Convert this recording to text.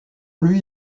lui